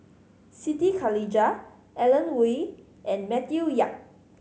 Siti Khalijah Alan Oei and Matthew Yap